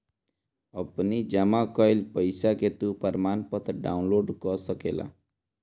अपनी जमा कईल पईसा के तू प्रमाणपत्र डाउनलोड कअ सकेला